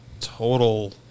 total